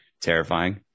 terrifying